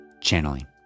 channeling